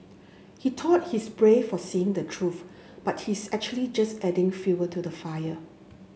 he thought he's brave for saying the truth but he's actually just adding fuel to the fire